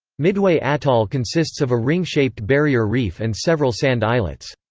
midway atoll consists of a ring-shaped barrier reef and several sand islets.